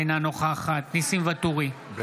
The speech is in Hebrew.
אינה נוכחת ניסים ואטורי,